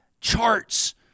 charts